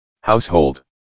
Household